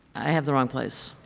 i have the wrong place.